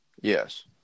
Yes